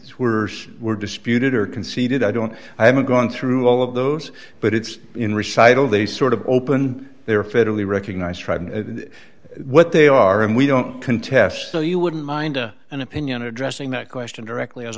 is worse were disputed or conceded i don't i haven't gone through all of those but it's in recitals they sort of open their federally recognized tribes and what they are and we don't contest so you wouldn't mind an opinion addressing that question directly as